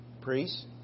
Priests